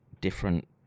different